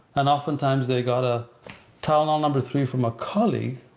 and oftentimes they got a tylenol number three from a colleague,